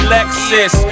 Lexus